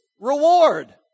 reward